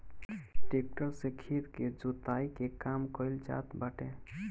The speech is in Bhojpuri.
टेक्टर से खेत के जोताई के काम कइल जात बाटे